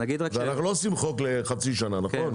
ואנחנו לא עושים חוק לחצי שנה נכון?